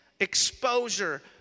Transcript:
exposure